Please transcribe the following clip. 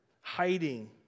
hiding